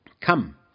come